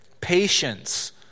Patience